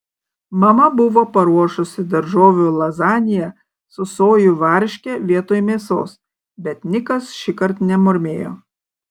mama buvo paruošusi daržovių lazaniją su sojų varške vietoj mėsos bet nikas šįkart nemurmėjo